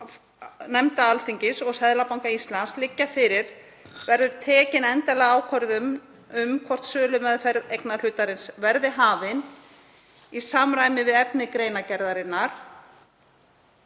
nefnda Alþingis og Seðlabanka Íslands liggja fyrir verður tekin endanleg ákvörðun um hvort sölumeðferð eignarhlutarins verði hafin í samræmi við efni greinargerðarinnar.